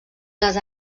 les